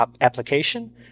application